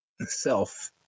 self